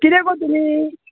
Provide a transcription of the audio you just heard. कितें गो तुमी